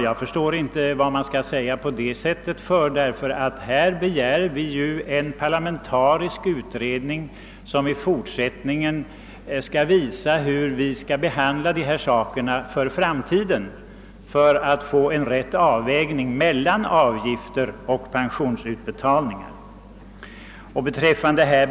Jag förstår inte hur herr Hagnell kan uttala sig på detta sätt, ty vi begär ju en parlamentarisk utredning som skall visa hur dessa ting bör behandlas för framtiden, så att avvägningen mellan avgifter och pensionsutbetalningar blir den riktiga.